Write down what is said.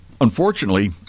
Unfortunately